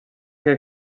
que